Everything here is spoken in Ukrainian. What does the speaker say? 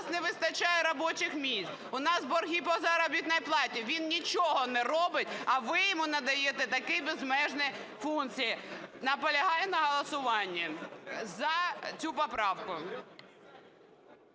не вистачає робочих місць. У нас борги по заробітній платі. Він нічого не робить, а ви йому надаєте такі безмежні функції. Наполягаю на голосуванні за цю поправку.